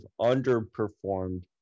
underperformed